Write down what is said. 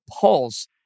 Pulse